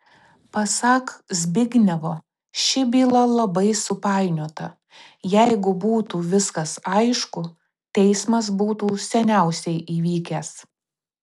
pasak zbignevo ši byla labai supainiota jeigu būtų viskas aišku teismas būtų seniausiai įvykęs